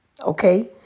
okay